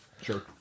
Sure